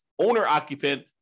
owner-occupant